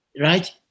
right